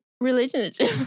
relationship